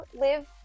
live